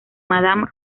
madame